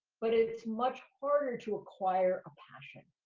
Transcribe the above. but it's much harder to acquire a passion.